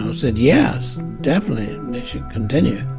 um said, yes, definitely they should continue.